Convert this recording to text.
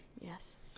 Yes